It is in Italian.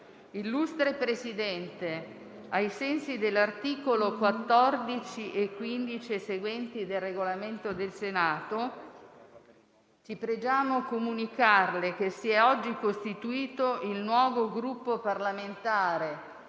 «Illustre Presidente, ai sensi degli articoli 14, 15 e seguenti del Regolamento del Senato, ci pregiamo di comunicarLe che si è oggi costituito il nuovo Gruppo parlamentare